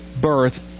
birth